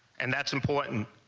and that's important,